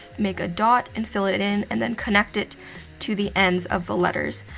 make a dot and fill it it in, and then connect it to the ends of the letters.